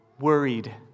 worried